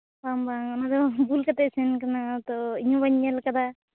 ᱵᱟᱝ ᱵᱟᱝ ᱚᱱᱟ ᱫᱚ ᱵᱷᱩᱞ ᱠᱟᱛᱮ ᱥᱮᱱᱟᱠᱟᱱᱟ ᱛᱚ ᱤᱧᱦᱚᱸ ᱵᱟᱹᱧ ᱧᱮᱞ ᱟᱠᱟᱫᱟ